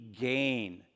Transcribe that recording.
gain